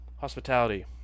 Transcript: hospitality